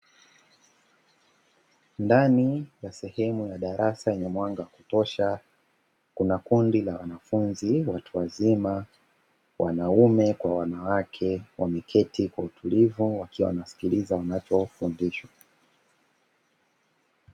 Ndani ya sehemu ya darasa lenye mwanga wa kutosha kuna kundi la wanafunzi watu wazima wanaume kwa wanawake, wameketi kwa utulivu wakiwa wanasikiliza wanachofundishwa.